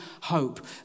hope